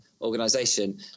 organization